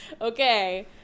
Okay